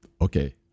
okay